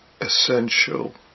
essential